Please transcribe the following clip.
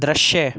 दृश्य